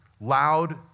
loud